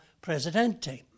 Presidente